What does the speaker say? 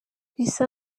bisa